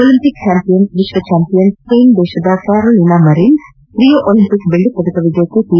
Olympic champion ವಿಶ್ವ champion ಸ್ವೇನ್ನ Carolina Marin Rio Olympic ಬೆಳ್ಳಿ ಪದಕ ವಿಜೇತೆ ಪಿ